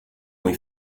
mój